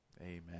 amen